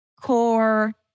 core